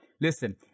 Listen